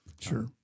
Sure